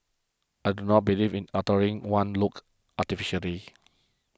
I do not believe in altering one's looks artificially